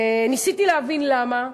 ניסיתי להבין למה,